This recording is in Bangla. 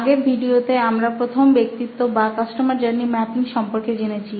আগের ভিডিওতে আমরা প্রথম ব্যক্তিত্ব বা কাস্টমার জার্নি ম্যাপিং সম্পর্কে জেনেছি